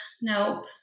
nope